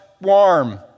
warm